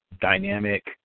dynamic –